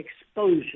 Exposure